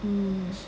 um